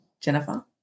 Jennifer